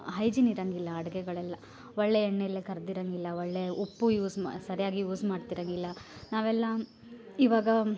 hygiene ಇರಂಗಿಲ್ಲ ಅಡುಗೆಗಳೆಲ್ಲ ಒಳ್ಳೆಯ ಎಣ್ಣೆಯಲ್ಲೇ ಕರ್ದಿರಂಗಿಲ್ಲ ಒಳ್ಳೆಯ ಉಪ್ಪು ಯೂಸ್ ಮಾ ಸರಿಯಾಗಿ ಯೂಸ್ ಮಾಡ್ತಿರಂಗಿಲ್ಲ ನಾವೆಲ್ಲ ಇವಾಗ